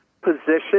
position